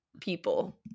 people